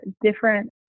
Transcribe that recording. different